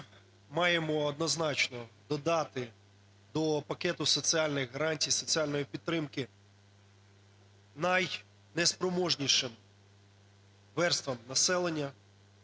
маємо однозначно додати до пакету соціальних гарантій, соціальної підтримки найнеспроможнішим верствам населення,